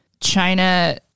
China